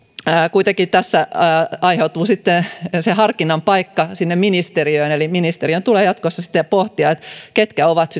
kuitenkin tässä aiheutuu sitten harkinnan paikka ministeriöön eli ministeriön tulee jatkossa pohtia ketkä ovat